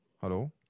Hello